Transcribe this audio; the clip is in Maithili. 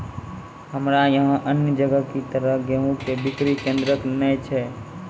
हमरा यहाँ अन्य जगह की तरह गेहूँ के बिक्री केन्द्रऽक नैय छैय?